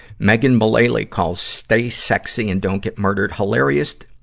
megan mullally calls stay sexy and don't get murdered, hilarious,